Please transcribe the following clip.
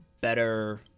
better